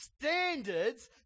standards